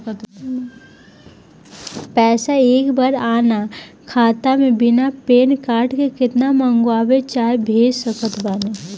पैसा एक बार मे आना खाता मे बिना पैन कार्ड के केतना मँगवा चाहे भेज सकत बानी?